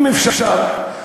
אם אפשר,